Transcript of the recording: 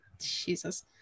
Jesus